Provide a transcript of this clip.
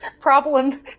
Problem